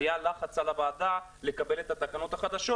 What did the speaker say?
היה לחץ על הוועדה לקבל את התקנות החדשות